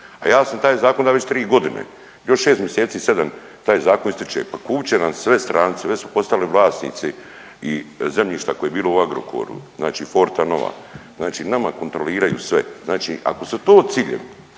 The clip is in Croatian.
a ja sam taj zakon dao već 3.g., još 6 mjeseci, 7 taj zakon ističe, pa kupit će nam sve stranci, već su postali vlasnici i zemljišta koje je bilo u Agrokoru, znači Fortanova, znači nama kontroliraju sve, znači ako su to ciljevi